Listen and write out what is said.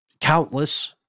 Countless